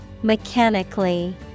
Mechanically